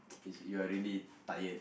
it's you're really tired